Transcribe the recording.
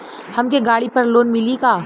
हमके गाड़ी पर लोन मिली का?